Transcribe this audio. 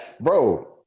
bro